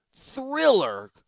thriller